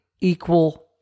equal